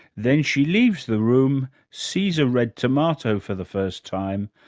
then she leaves the room, sees a red tomato for the first time,